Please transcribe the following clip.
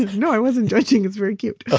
no, i wasn't judging. it's very cute. ah